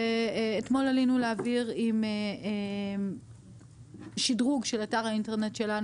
אתמול עלינו לאוויר עם שדרוג של אתר האינטרנט שלנו